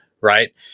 right